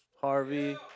Harvey